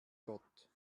gott